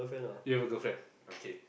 you have a girlfriend okay